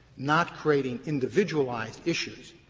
not creating individualized issues,